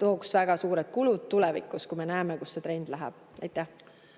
tooks väga suured kulud tulevikus, kui me näeme, kuhu see trend läheb. Palun